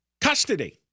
custody